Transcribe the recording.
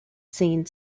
scene